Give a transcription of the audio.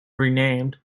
renamed